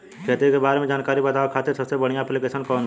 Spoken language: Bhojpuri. खेती के बारे में जानकारी बतावे खातिर सबसे बढ़िया ऐप्लिकेशन कौन बा?